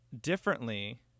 differently